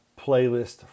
playlist